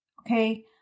Okay